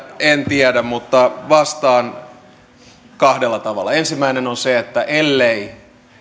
en tiedä mutta vastaan kahdella tavalla ensimmäinen on se että ellei